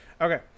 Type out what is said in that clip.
okay